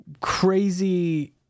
crazy